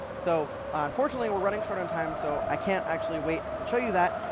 so, unfortunately, we're running short on time, so i can't actually wait and show you that.